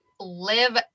Live